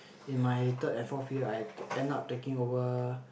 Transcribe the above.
in my third and fourth year I end up taking over